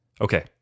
Okay